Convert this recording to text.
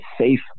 safe